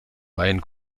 mayen